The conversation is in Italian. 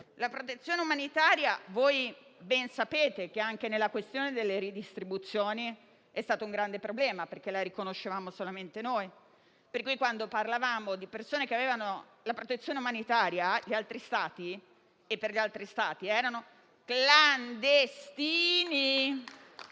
la protezione umanitaria, anche nella questione delle ridistribuzioni, è stata un grande problema, perché la riconoscevamo solamente noi e, quando parlavamo di persone che avevano la protezione umanitaria, per gli altri Stati erano clandestini,